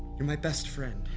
you're my best friend.